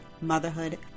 motherhood